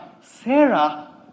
Sarah